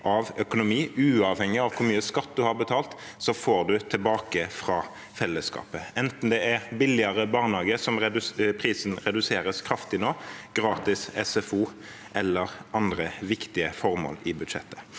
uavhengig av hvor mye skatt du har betalt, så får du tilbake fra fellesskapet, enten det er billigere barnehage – prisen reduseres nå kraftig – gratis SFO eller andre viktige formål i budsjettet.